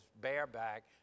bareback